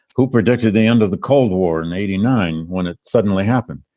who predicted the end of the cold war in eighty nine when it suddenly happened?